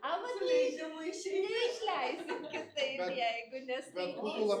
a vat neiš neišleisim kitaip jeigu neskaitysit